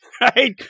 Right